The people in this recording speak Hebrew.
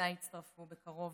ובוודאי יצטרפו בקרוב